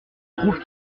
prouve